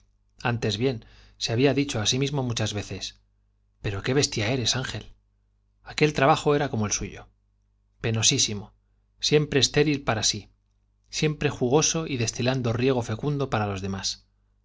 antes bien se había dicho á sí trabajo mismo muchas veces i pero qué bestia como el eres ángel aquel trabajo era suyo penosísimo siempre estéril para sí siempre jugoso y destilando riego fecundo demás